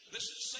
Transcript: Listen